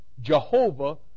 Jehovah